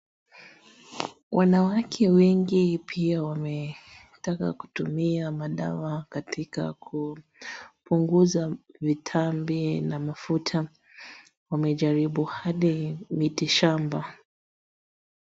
Wanawake wengi pia wametaka kutumia madawa katika kupunguza vitambi na mafuta, wamejaribu hadi miti shamba.